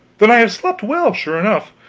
then i have slept well, sure enough.